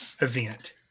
event